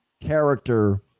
character